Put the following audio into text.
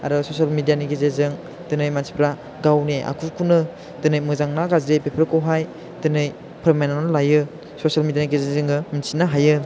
आरो ससियेल मिडियानि गेजेरजों दिनै मानसिफ्रा गावनि आखुखौनो दिनै मोजां ना गाज्रि बेफोरखौहाय दिनै फोरमायनानै लायो ससियेल मिडियानि गेजेरजों जोङो मिन्थिनो हायो